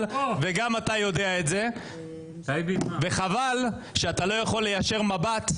וגם אתה יודע את זה וחבל שאתה לא יכול להישיר מבט.